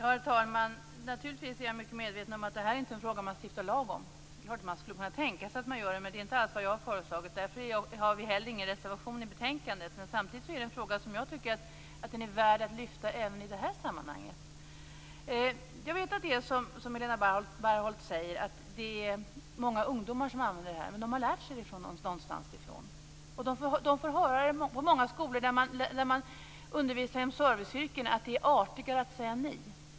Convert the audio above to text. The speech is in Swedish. Herr talman! Naturligtvis är jag mycket medveten om att det här inte är en fråga man stiftar lag om. Det är klart att man skulle kunna tänka sig att göra det, men det är inte alls vad jag föreslagit. Därför har vi heller ingen reservation till betänkandet. Men samtidigt är det en fråga som jag tycker är värd att lyfta även i det här sammanhanget. Jag vet att det är som Helena Bargholtz säger. Det är många ungdomar som använder ni. Men de har lärt sig det någonstans ifrån. Det får höra på många skolor där man undervisar inom serviceyrken att det är artigare att säga ni.